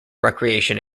recreation